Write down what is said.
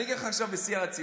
עכשיו אני אגיד לך בשיא הרצינות,